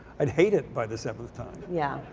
i'd hate it by the seventh time. yeah.